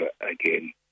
again